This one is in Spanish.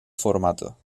formato